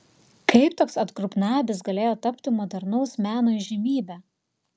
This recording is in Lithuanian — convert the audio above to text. kaip toks atgrubnagis galėjo tapti modernaus meno įžymybe